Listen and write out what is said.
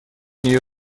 нее